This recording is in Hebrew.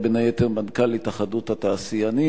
הוא היה, בין היתר, מנכ"ל התאחדות התעשיינים,